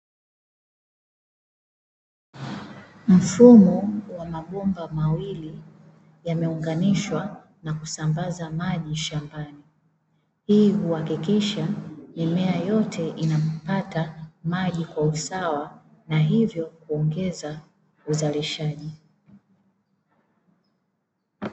Mfumo wa mabomba mawili yanaunganishwa na kusambaza maji shambani, hii hakikisha mimea yote inapata maji kwa usawa na hivyo kuongeza uzalishaji shambani.